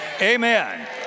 amen